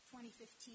2015